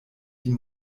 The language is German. die